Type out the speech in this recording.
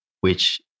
which-